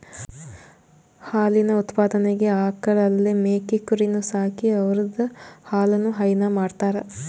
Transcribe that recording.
ಹಾಲಿನ್ ಉತ್ಪಾದನೆಗ್ ಆಕಳ್ ಅಲ್ದೇ ಮೇಕೆ ಕುರಿನೂ ಸಾಕಿ ಅವುದ್ರ್ ಹಾಲನು ಹೈನಾ ಮಾಡ್ತರ್